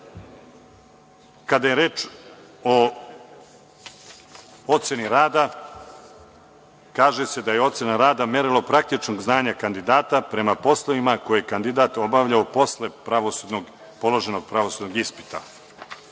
Kada je reč o oceni rada, kaže se da je ocena rada merilo praktičnog znanja kandidata prema poslovima koje kandidat obavlja posle položenog pravosudnog ispita. Kada